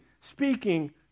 speaking